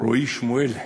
רועי שמואל פולקמן,